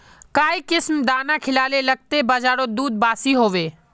काई किसम दाना खिलाले लगते बजारोत दूध बासी होवे?